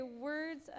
words